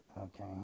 okay